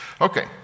Okay